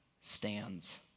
stands